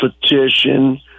petition